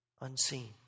unseen